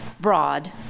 broad